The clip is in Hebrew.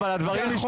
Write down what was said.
אבל אני